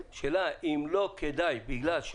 את